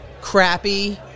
crappy